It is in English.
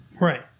Right